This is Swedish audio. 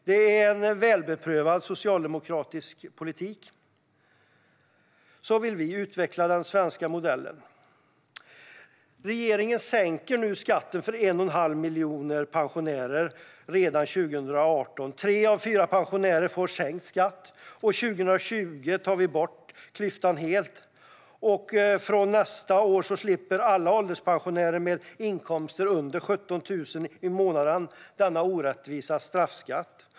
Detta är välbeprövad socialdemokratisk politik. Så vill vi utveckla den svenska modellen. Regeringen sänker nu skatten för 1 1⁄2 miljon pensionärer redan 2018. Tre av fyra pensionärer får sänkt skatt. År 2020 tar vi bort klyftan helt. Från nästa år slipper alla ålderspensionärer med inkomster under 17 000 i månaden denna orättvisa straffskatt.